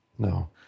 No